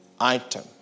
item